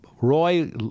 Roy